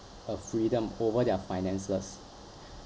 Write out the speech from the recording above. a freedom over their finances